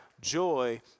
joy